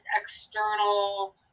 external